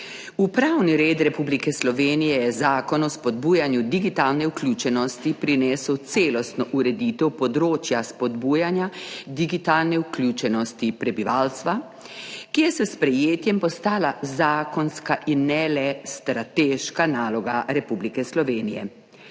pravni red Republike Slovenije je Zakon o spodbujanju digitalne vključenosti prinesel celostno ureditev področja spodbujanja digitalne vključenosti prebivalstva, ki je s sprejetjem postala zakonska in ne le strateška naloga Republike Slovenije.